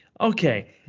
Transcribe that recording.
okay